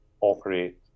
operate